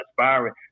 aspiring